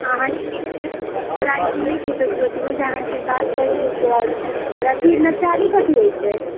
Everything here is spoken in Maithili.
अहाँके गीतके बहुत बड़ाइ सुनै छी तऽ सोचलहुँ जे अहाँसँ बात करू एक बार आओर अथी नचारी कथी होइ छै